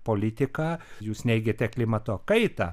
politiką jūs neigiate klimato kaitą